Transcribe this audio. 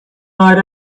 night